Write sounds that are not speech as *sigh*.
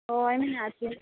ᱦᱳᱭ ᱢᱮᱱᱟᱜᱼᱟ *unintelligible*